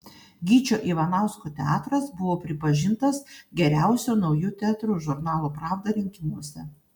gyčio ivanausko teatras buvo pripažintas geriausiu nauju teatru žurnalo pravda rinkimuose